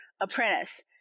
apprentice